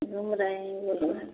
घूम रहे हैं गोलघर